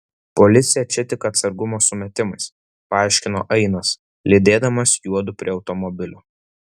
policija čia tik atsargumo sumetimais paaiškino ainas lydėdamas juodu prie automobilio